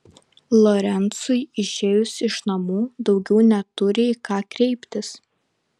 lorencui išėjus iš namų daugiau neturi į ką kreiptis